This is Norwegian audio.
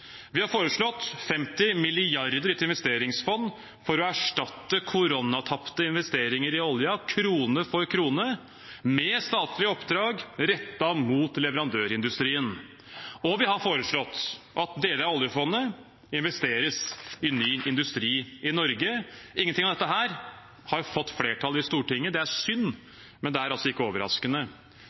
Vi har foreslått 50 mrd. kr i et investeringsfond for å erstatte koronatapte investeringer i oljen – krone for krone – med statlige oppdrag som er rettet mot leverandørindustrien. Vi har også foreslått at deler av oljefondet investeres i ny industri i Norge. Ingenting av dette har fått flertall i Stortinget. Det er synd, men det er ikke overraskende.